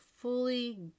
fully